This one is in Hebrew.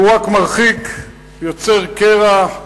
הוא רק מרחיק, יוצר קרע.